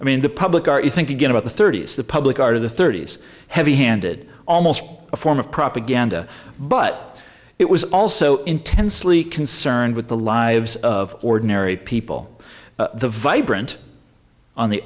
i mean the public art you think again about the thirty's the public art of the thirty's heavy handed almost a form of propaganda but it was also intensely concerned with the lives of ordinary people the vibrant on the